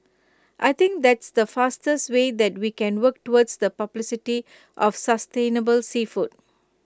I think that's the fastest way that we can work towards the publicity of sustainable seafood